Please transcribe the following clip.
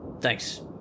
thanks